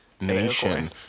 Nation